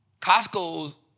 Costco's